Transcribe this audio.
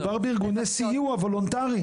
מדובר בארגוני סיוע וולונטריים.